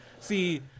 See